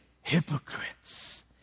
hypocrites